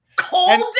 Cold